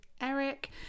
eric